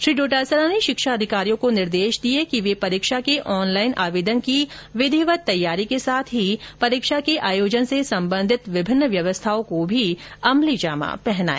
श्री डोटासरा ने शिक्षा अधिकारियेां को निर्देश दिए हैं कि वे परीक्षा के ऑनलाईन आवेदन की विधिवत तैयारी के साथ ही परीक्षा के आयोजन से संबंधित विभिन्न व्यवस्थाओं को भी अमलीजामा पहनाए